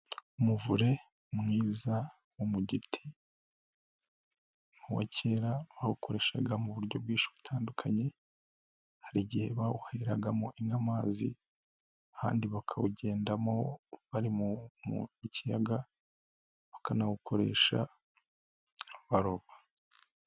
Umuvure mwiza wo mu giti, ni uwa kera bawukoreshaga mu buryo bwinshi butandukanye, hari igihe bawuheragamo inka amazi, ahandi bakawugendamo bari mu kiyaga, bakanawukoresha baroba.